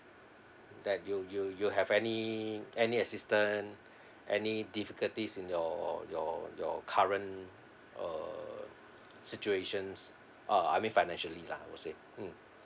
that you you you have any any assistance any difficulties in your your your current uh situations uh I mean financially lah I would say mm